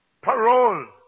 parole